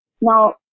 Now